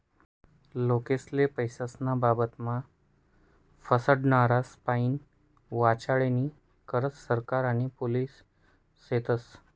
लोकेस्ले पैसास्नं बाबतमा फसाडनारास्पाईन वाचाडानी करता सरकार आणि पोलिस शेतस